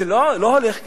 זה לא הולך כך.